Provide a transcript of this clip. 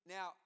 Now